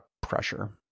pressure